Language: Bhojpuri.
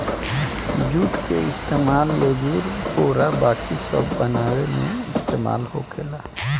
जुट के इस्तेमाल लेजुर, बोरा बाकी सब बनावे मे इस्तेमाल होखेला